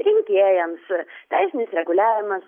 rinkėjams teisinis reguliavimas